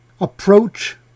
approach